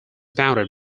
bounded